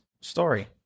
story